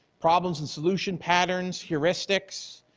problems and solution patterns, heuristics.